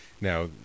Now